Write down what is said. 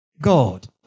God